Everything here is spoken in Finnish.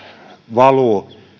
valuu